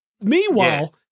Meanwhile